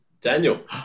Daniel